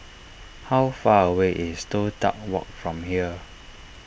how far away is Toh Tuck Walk from here